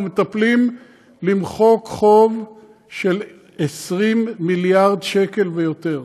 אנחנו מטפלים למחוק חוב של 20 מיליארד שקל ויותר,